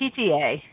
PTA